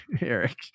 Eric